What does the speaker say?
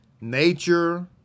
nature